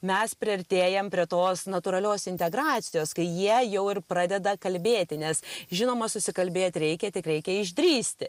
mes priartėjam prie tos natūralios integracijos kai jie jau ir pradeda kalbėti nes žinoma susikalbėt reikia tik reikia išdrįsti